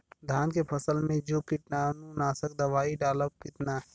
धान के फसल मे जो कीटानु नाशक दवाई डालब कितना?